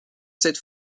cette